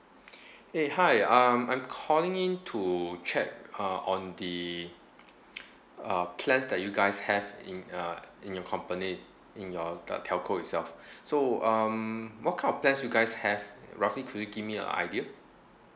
eh hi um I'm calling in to check uh on the uh plans that you guys have in uh in your company in your com~ telco itself so um what kind of plans you guys have roughly could you give me a idea